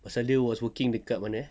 pasal dia was working dekat mana eh